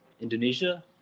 Indonesia